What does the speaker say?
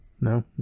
No